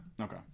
Okay